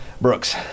Brooks